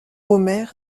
omer